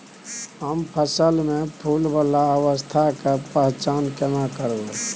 हम फसल में फुल वाला अवस्था के पहचान केना करबै?